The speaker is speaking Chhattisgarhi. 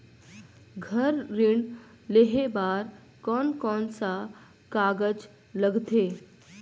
घर ऋण लेहे बार कोन कोन सा कागज लगथे?